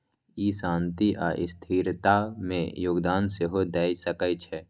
ई शांति आ स्थिरता मे योगदान सेहो दए सकै छै